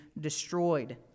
destroyed